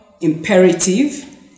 imperative